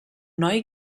noi